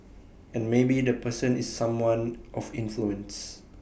and maybe the person is someone of influence